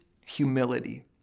humility